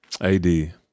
AD